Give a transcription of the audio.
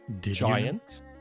Giant